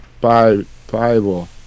Bible